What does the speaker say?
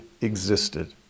existed